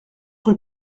rue